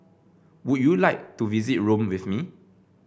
would you like to visit Rome with me